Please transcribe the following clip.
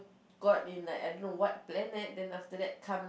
go up in like I don't know what planet than after that come